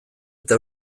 eta